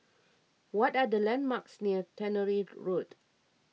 what are the landmarks near Tannery Road